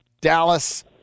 Dallas